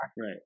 Right